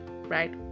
right